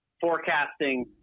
forecasting